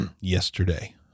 yesterday